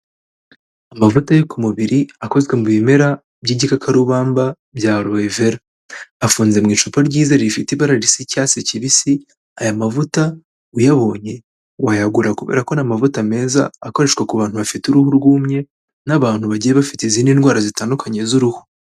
Amavuta yo ku mubiri akozwe mu bimera by'igikakarubamba bya Aloe vera. Afunze mu icupa ryiza rifite ibara risa icyatsi kibisi, aya mavuta uyabonye wayagura kubera ko ari amavuta meza akoreshwa ku bantu bafite uruhu rwumye n'abantu bagiye bafite izindi ndwara zitandukanye z'uruhu.